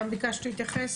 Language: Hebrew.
ביקשת גם להתייחס.